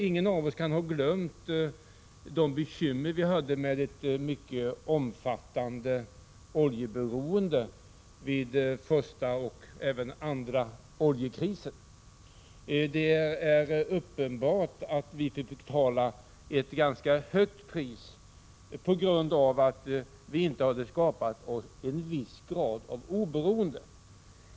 Ingen av oss kan ha glömt de bekymmer vi hade med ett mycket omfattande oljeberoende vid den första och även vid den andra oljekrisen. Det är uppenbart att vi fick betala ett ganska högt pris på grund av att vi inte hade skapat oss en viss grad av oberoende.